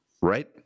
right